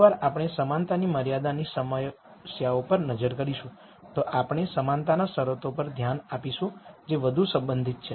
એકવાર આપણે સમાનતાની મર્યાદાની સમસ્યાઓ પર નજર કરીશું તો આપણે સમાનતાના શરતો પર ધ્યાન આપીશું જે વધુ સંબંધિત છે